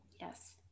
Yes